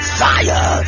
fire